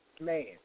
Man